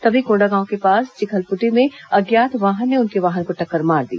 तभी कोंडागांव के पास चिखलपुटी में अज्ञात वाहन ने उनके वाहन को टक्कर मार दी